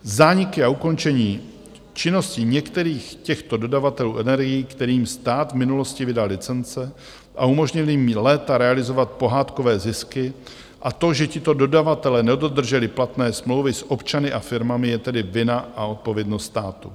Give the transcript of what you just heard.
Zániky a ukončení činnosti některých těchto dodavatelů energií, kterým stát v minulosti vydal licence a umožnil jim léta realizovat pohádkové zisky, a to, že tito dodavatelé nedodrželi platné smlouvy s občany a firmami je tedy vina a odpovědnost státu.